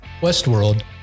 Westworld